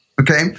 okay